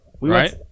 Right